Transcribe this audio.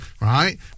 right